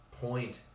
point